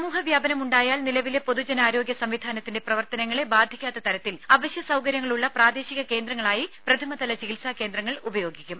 സമൂഹ വ്യാപനമുണ്ടായാൽ നിലവിലെ പൊതുജനാരോഗ്യ സംവിധാനത്തിന്റെ പ്രവർത്തനങ്ങളെ ബാധിക്കാത്ത തരത്തിൽ അവശ്യ സൌകര്യങ്ങളുള്ള പ്രാദേശിക കേന്ദ്രങ്ങളായി പ്രഥമതല ചികിത്സാ കേന്ദ്രങ്ങൾ ഉപയോഗിക്കും